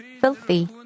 filthy